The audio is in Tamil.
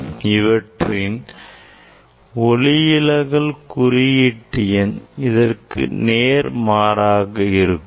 இவற்றின் ஒளிவிலகல் குறியீட்டு எண் இதற்கு நேர்மாறாக இருக்கும்